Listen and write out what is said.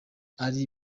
ari